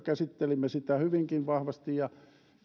käsittelimme sitä hyvinkin vahvasti